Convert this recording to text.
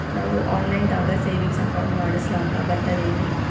ನಾವು online ದಾಗ savings account ಮಾಡಸ್ಲಾಕ ಬರ್ತದೇನ್ರಿ?